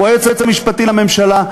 הוא היועץ המשפטי לממשלה,